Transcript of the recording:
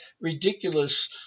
ridiculous